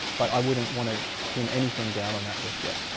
but i wouldn't want to pin anything down on that just yet.